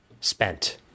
spent